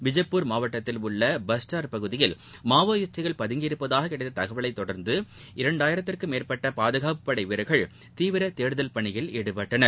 பிஜப்பூர் மாவட்டத்தில் உள்ள பஸ்டார் பகுதியில் மாவோயிஸ்டுகள் பதங்கியிருப்பதாக கிடைத்த தகவலைத் தொடர்ந்து இரண்டாயிரத்திற்கும் மேற்பட்ட பாதுகாப்புப் படை வீரர்கள் தீவிர தேடுதல் பணியில் ஈடுபட்டனர்